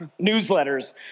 newsletters